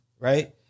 right